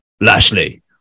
Lashley